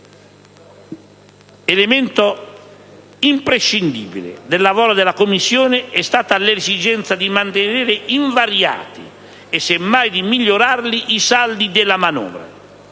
Elemento imprescindibile del lavoro della Commissione è stata l'esigenza di mantenere invariati, e semmai di migliorarli, i saldi della manovra.